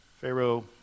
Pharaoh